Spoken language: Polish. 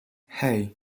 hej